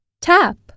tap